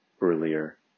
earlier